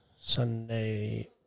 Sunday